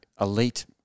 elite